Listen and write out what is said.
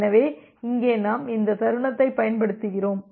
எனவே இங்கே நாம் இந்த தருணத்தைப் பயன்படுத்துகிறோம்